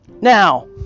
Now